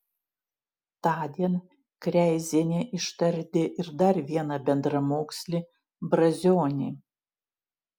tądien kreizienė ištardė ir dar vieną bendramokslį brazionį